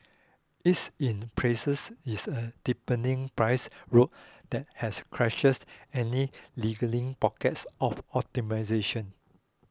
its in places is a deepening price rout that has quashes any lingering pockets of optimization